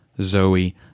Zoe